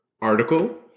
article